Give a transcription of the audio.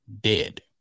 dead